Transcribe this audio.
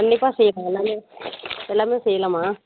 கண்டிப்பாக செய்யறேன் நான் எல்லாமே செய்யலாம்மா